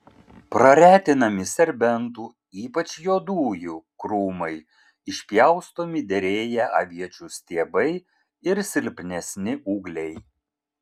praretinami serbentų ypač juodųjų krūmai išpjaustomi derėję aviečių stiebai ir silpnesni ūgliai